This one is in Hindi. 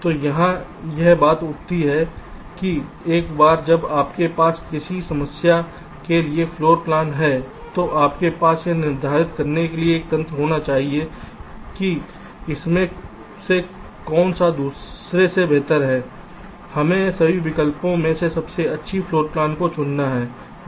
तो यहाँ यह बात उठती है कि एक बार जब आपके पास किसी समस्या के लिए कई फ्लोर प्लान हैं तो आपके पास यह निर्धारित करने के लिए एक तंत्र होना चाहिए कि इनमें से कौन सा दूसरे से बेहतर है हमें सभी विकल्पों में से सबसे अच्छी फ्लोर प्लान को चुनना होगा